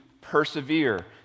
persevere